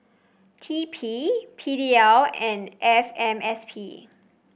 T P P D L and F M S P